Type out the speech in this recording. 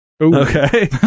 Okay